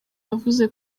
yavuze